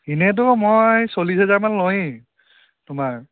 ইনেইতো মই চল্লিছ হেজাৰমান লওয়েই তোমাৰ